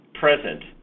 present